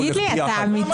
תגיד לי, אתה אמיתי?